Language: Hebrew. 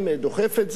דוחף את זה,